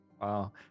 Wow